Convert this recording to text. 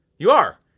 you are,